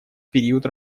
период